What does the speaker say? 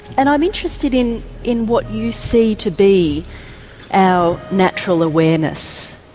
and i'm interested in in what you see to be our natural awareness,